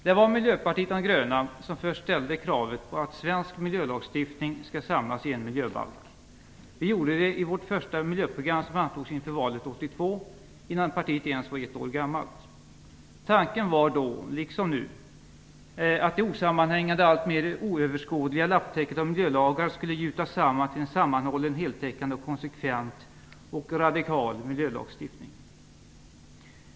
Det var Miljöpartiet de gröna som först ställde kravet på att svensk miljölagstiftning skall samlas i en miljöbalk. Vi gjorde det i vårt första miljöprogram som antogs inför valet 1982, innan partiet ens var ett år gammalt. Tanken var då, liksom nu, att det osammanhängande och alltmer oöverskådliga lapptäcket av miljölagar skulle gjutas samman till en sammanhållen, heltäckande, konsekvent och radikal miljölagstiftning.